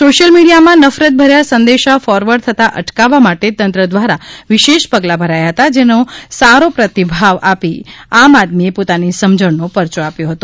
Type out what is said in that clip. social મીડિયામાં નફરતભર્યા સંદેશા ફોરવર્ડ થતાં અટકાવવા માટે તંત્ર દ્વારા વિશેષ પગલાં ભરાયા હતા જેને સારો પ્રતિભાવ આપી આમ આદમીએ પોતાની સમજણનો પરયો આપ્યો છે